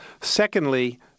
Secondly